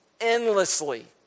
endlessly